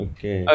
Okay